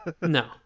no